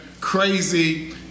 crazy